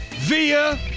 via